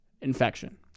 infection